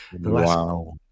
Wow